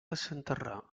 desenterrar